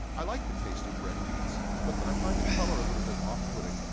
i like the taste of red beets, but i find the color a little bit off-putting.